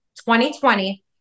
2020